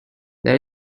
there